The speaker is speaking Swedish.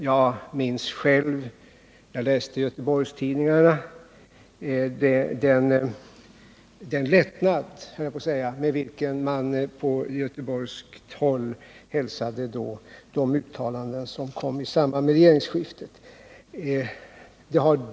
Jag minns själv — jag läste det i Göteborgstidningarna — den lättnad, höll jag på att säga, med vilken man på göteborgskt håll då hälsade de uttalanden som kom i samband med regimskiftet.